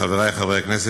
חברי חברי הכנסת,